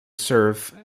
serve